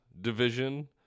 division